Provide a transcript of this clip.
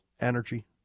energy